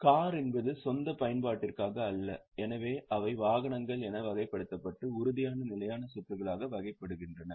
car என்பது சொந்த பயன்பாட்டிற்காக அல்ல எனவே அவை வாகனங்கள் என வகைப்படுத்தப்பட்டு உறுதியான நிலையான சொத்துகளாக வைக்கப்படுகின்றன